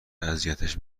اذیتش